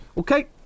Okay